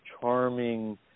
charming